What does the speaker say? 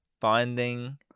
Finding